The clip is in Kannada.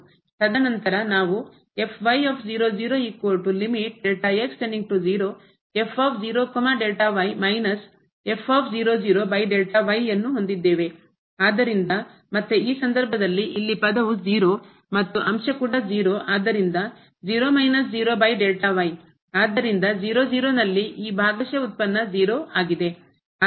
ತದನಂತರ ನಾವು ಆದ್ದರಿಂದ ಮತ್ತೆ ಈ ಸಂದರ್ಭದಲ್ಲಿ ಇಲ್ಲಿ ಪದವು 0 ಮತ್ತು ಅಂಶ ಕೂಡ 0 ಆದ್ದರಿಂದ ಆದ್ದರಿಂದ 0 0 ನಲ್ಲಿ ಈ ಭಾಗಶಃ ಉತ್ಪನ್ನ 0 ಆಗಿದೆ